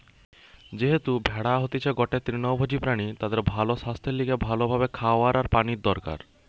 যেহেতু ভেড়া হতিছে গটে তৃণভোজী প্রাণী তাদের ভালো সাস্থের লিগে ভালো ভাবে খাওয়া আর পানি দরকার